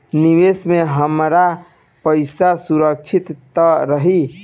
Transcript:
निवेश में हमार पईसा सुरक्षित त रही?